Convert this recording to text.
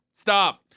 stop